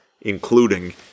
including